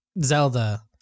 Zelda